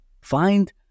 Find